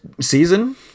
season